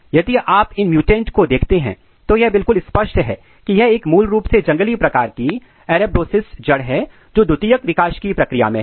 यदि आप इन म्यूटेंट को देखते हैं तो यह बिल्कुल स्पष्ट है कि यह एक मूल रूप से जंगली प्रकार की अरेबिडोप्सिस जड़ है जो द्वितीयक विकास की प्रक्रिया में है